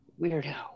Weirdo